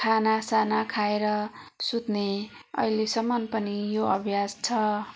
खाना साना खाएर सुत्ने अहिलेसम्म पनि यो अभ्यास छ